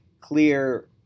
clear